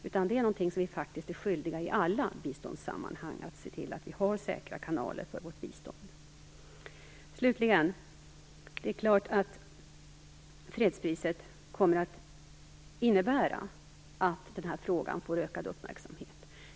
Vi är faktiskt skyldiga att i alla biståndssammanhang se till att vi har säkra kanaler för vårt bistånd. Det är klart att fredspriset kommer att innebära att den här frågan får ökad uppmärksamhet.